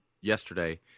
yesterday